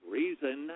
reason